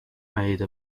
made